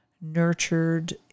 nurtured